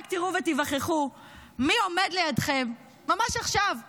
רק תראו ותיווכחו מי עומד לידכם ממש עכשיו בהפגנות,